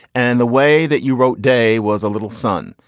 and the way that you wrote day was a little sun.